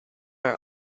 are